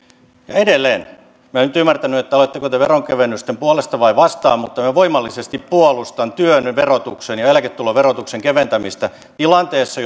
edelleen minä en nyt ymmärtänyt oletteko te veronkevennysten puolesta vai vastaan mutta minä voimallisesti puolustan työn verotuksen ja eläketulojen verotuksen keventämistä tilanteessa